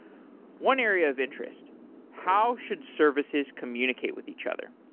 one area of interest how should services communicate with each other?